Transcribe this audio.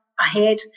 ahead